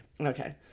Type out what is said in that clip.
Okay